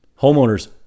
Homeowners